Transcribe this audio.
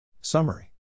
Summary